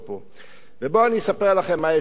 ובואו אני אספר לכם מה יש בבית הזה,